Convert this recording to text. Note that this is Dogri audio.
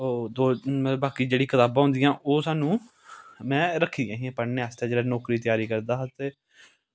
बाकी जेह्ड़ी कताबां होंदियां ओह् सानूं में रक्खी दियां हियां पढ़ने आस्तै ते जेल्लै नौकरी दी त्यारी करदा हा ते